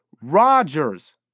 Rodgers